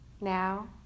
now